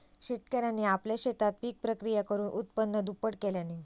शेतकऱ्यांनी आपल्या शेतात पिक प्रक्रिया करुन उत्पन्न दुप्पट केल्यांनी